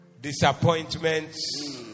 disappointments